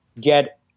get